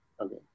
Okay